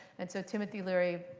and so timothy leary,